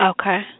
Okay